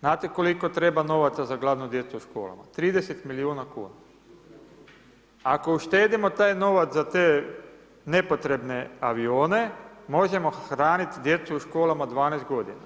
znate koliko treba novaca za gladnu djecu u školama?, 30 milijuna kuna, ako uštedimo taj novac za te nepotrebne avione, možemo hraniti djecu u školama 12 godina.